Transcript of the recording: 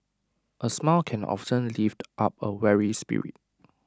A smile can often lift up A weary spirit